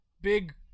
big